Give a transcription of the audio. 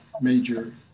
major